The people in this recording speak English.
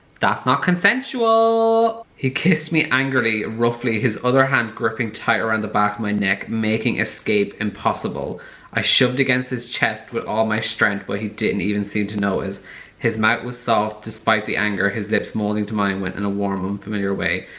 that's not consensual. he kissed me angrily roughly his other hand gripping tighter on the back of my neck making escape impossible i shoved against his chest with all my strength but he didn't even seem to notice his mouth was soft despite the anger, his lips molding to mine went in a warm and familiar way,